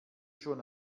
schon